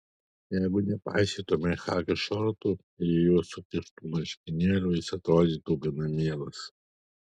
jeigu nepaisytumei chaki šortų ir į juos sukištų marškinėlių jis atrodytų gana mielas